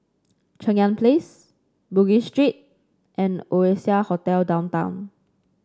Cheng Yan Place Bugis Street and Oasia Hotel Downtown